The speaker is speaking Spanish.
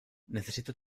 necesito